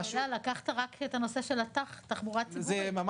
לקחת רק את הנושא של התחבורה הציבורית.